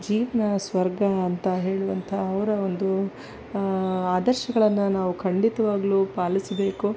ಜೀವನ ಸ್ವರ್ಗ ಅಂತ ಹೇಳುವಂಥ ಅವರ ಒಂದು ಆದರ್ಶಗಳನ್ನು ನಾವು ಖಂಡಿತವಾಗಲೂ ಪಾಲಿಸಬೇಕು